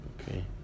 Okay